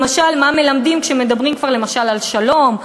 למשל מה מלמדים כשמדברים כבר למשל על שלום,